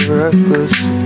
reckless